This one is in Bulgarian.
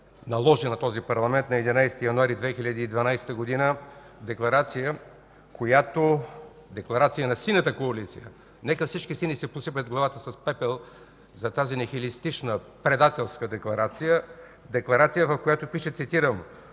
наложи на този парламент на 11 януари 2012 г. Декларация на Синята коалиция! Нека всички сини си посипят главата с пепел за тази нихилистична, предателска декларация, декларация, в която пише, цитирам: